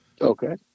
Okay